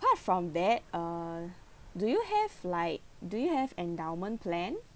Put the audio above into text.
apart from that uh do you have like do you have endowment plan